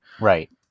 Right